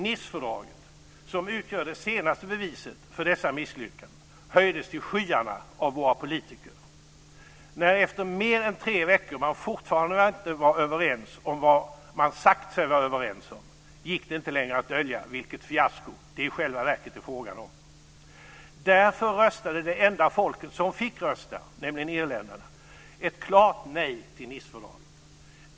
Nicefördraget, som utgör det senaste beviset för dessa misslyckanden, höjdes till skyarna av våra politiker. När efter mer än tre veckor man fortfarande inte var överens om vad man sagt sig vara överens om gick det inte längre att dölja vilket fiasko det i själva verket är fråga om. Därför röstade det enda folket som fick rösta, nämligen irländarna, ett klart nej till Nicefördraget.